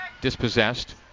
dispossessed